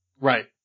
right